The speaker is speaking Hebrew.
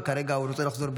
וכרגע הוא רוצה לחזור,